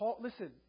listen